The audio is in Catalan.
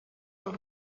del